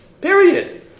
Period